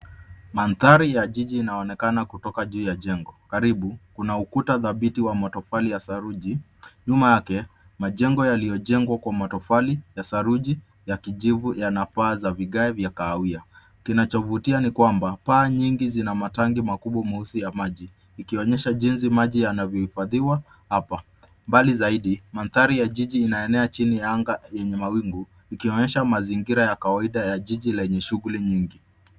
Mandhari ya jiji inaonekana kutoka juu ya jengo, karibu kuna ukuta dhabiti wa matofali ya saruji, nyuma yake majengo yaliyojengwa kwa matofali ya saruji ya kijivu yana paa za vigae vya kahawia. Kinachovutia ni kwamba paa nyingi zina matangi makubwa meusi ya maji, ikionyesha jinsi maji yanavyohifadhiwa hapa. Mbali zaidi, Mandhari ya jiji inaenea chini ya anga yenye mawingu, ikionyesha mazingira ya kawaida ya jiji lenye shughuli nyingi.